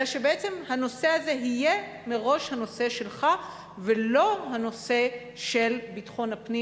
אלא שבעצם הנושא הזה יהיה מראש הנושא שלך ולא הנושא של ביטחון הפנים,